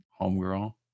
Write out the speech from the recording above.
homegirl